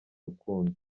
rukundo